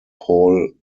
paul